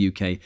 UK